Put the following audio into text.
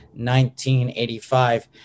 1985